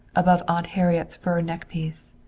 above aunt harriet's fur neckpiece.